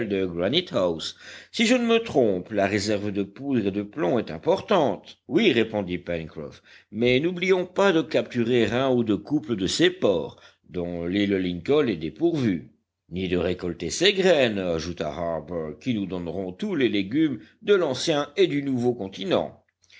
si je ne me trompe la réserve de poudre et de plomb est importante oui répondit pencroff mais n'oublions pas de capturer un ou deux couples de ces porcs dont l'île lincoln est dépourvue ni de récolter ces graines ajouta harbert qui nous donneront tous les légumes de l'ancien et du nouveau continent